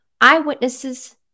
eyewitnesses